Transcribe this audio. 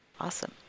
awesome